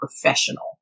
professional